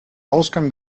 ausgang